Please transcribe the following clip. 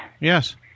Yes